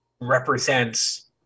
represents